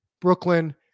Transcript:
Brooklyn